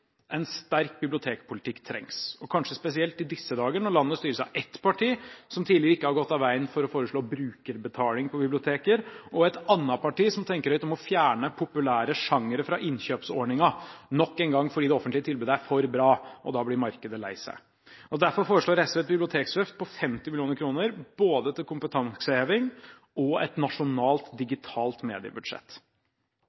En sterk bibliotekpolitikk trengs, og kanskje spesielt i disse dager når landet styres av et parti som tidligere ikke har gått av veien for å foreslå brukerbetaling på biblioteker, og et annet parti som tenker høyt om å fjerne populære sjangere fra innkjøpsordningen – nok en gang fordi det offentlige tilbudet er for bra, og da blir markedet lei seg. Derfor foreslår SV et biblioteksløft på 50 mill. kr, både til kompetanseheving og til et nasjonalt